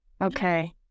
Okay